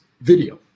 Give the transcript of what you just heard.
video